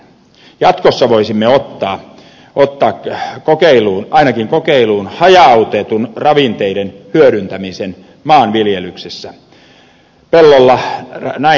jatkossa voisimme ottaa ainakin kokeiluun hajautetun ravinteiden hyödyntämisen maanviljelyksessä